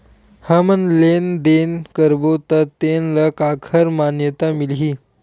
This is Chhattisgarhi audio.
हमन लेन देन करबो त तेन ल काखर मान्यता मिलही?